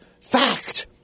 fact